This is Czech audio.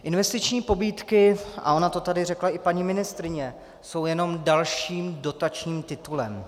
Investiční pobídky, a ona to tady řekla i paní ministryně, jsou jenom dalším dotačním titulem.